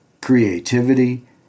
creativity